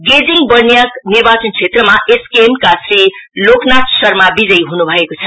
गेजिङ बर्नियाक निर्वाचन क्षेत्रमा एसकेएम का श्री लोकनाथ शर्मा विजय हन् भएको छ